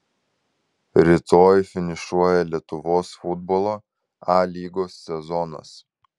rytoj finišuoja lietuvos futbolo a lygos sezonas